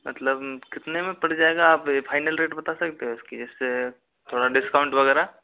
मतलब कितने में पड़ जाएगा आप फाइनल रेट बता सकते हो इसकी जिससे थोड़ा डिस्काउंट वगैरह